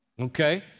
okay